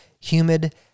humid